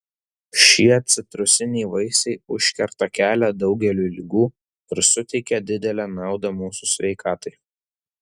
šie citrusiniai vaisiai užkerta kelią daugeliui ligų ir suteikia didelę naudą mūsų sveikatai